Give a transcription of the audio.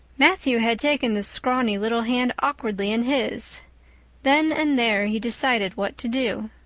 matthew had taken the scrawny little hand awkwardly in his then and there he decided what to do.